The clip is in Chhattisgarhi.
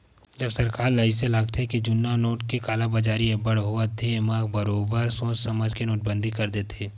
जब सरकार ल अइसे लागथे के जुन्ना नोट के कालाबजारी अब्बड़ होवत हे म बरोबर सोच समझ के नोटबंदी कर देथे